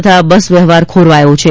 તથા બસ વ્યવહાર ખોરવાયો છે